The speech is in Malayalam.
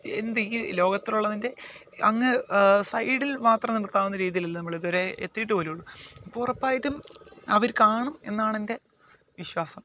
എന്ത് ഈ ലോകത്തിലുള്ളതിൻ്റെ അങ്ങ് സൈഡിൽ മാത്രം നിർത്താവുന്ന രീതിയിലല്ലേ നമ്മളിതുവരെ എത്തിയിട്ടുപോലും ഉള്ളു ഇപ്പോൾ ഉറപ്പായിട്ടും അവർ കാണും എന്നാണെൻ്റെ വിശ്വാസം